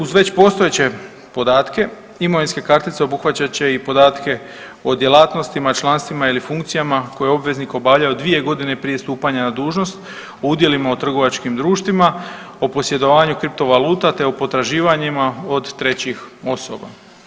Uz već postojeće podatke, imovinska kartica obuhvaćat će i podatke o djelatnostima, članstvima ili funkcijama koje je obveznik obavljao 2 godine prije stupanja na dužnost, o udjelima u trgovačkim društvima, o posjedovanju kriptovaluta te o potraživanjima od trećih osoba.